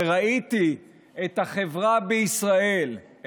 וראיתי את החברה בישראל,